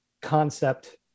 Concept